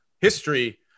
history